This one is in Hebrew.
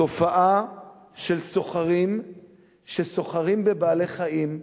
תופעה של סוחרים שסוחרים בבעלי-חיים,